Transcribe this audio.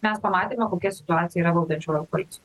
mes pamatėme kokia situacija yra valdančiojoj koalicijoj